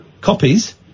Copies